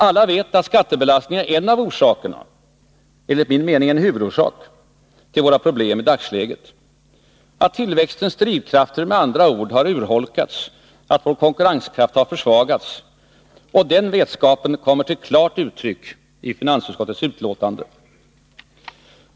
Alla vet att skattebelastningen är en av orsakerna — enligt min mening huvudorsak — till våra problem i dagsläget. Vetskapen om att tillväxtens drivkrafter med andra ord urholkats, att vår konkurrenskraft har försvagats, kommer till klart uttryck i finansutskottets betänkande.